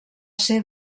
ser